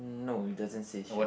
no it doesn't say shed